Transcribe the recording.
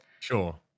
Sure